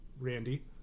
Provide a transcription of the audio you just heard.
Randy